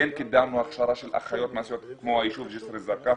כן קידמנו הכשרה של אחיות מעשיות כמו ביישוב ג'יסר א זרקא.